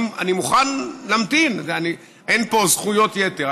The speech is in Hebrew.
אני מוכן להמתין, אין פה זכויות יתר.